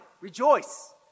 Rejoice